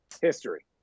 history